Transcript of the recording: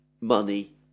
money